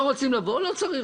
לא רוצים לבוא לא צריך.